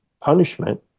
punishment